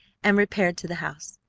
and repaired to the house.